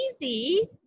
easy